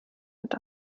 mit